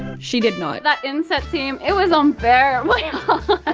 she did not. that inset seam, it was unbearably and